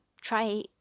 try